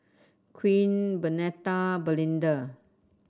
Queen Bernetta and Belinda